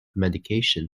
medication